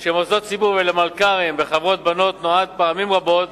של מוסדות ציבור ומלכ"רים בחברות-בנות נועד פעמים רבות